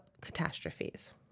catastrophes